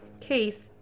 case